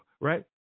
right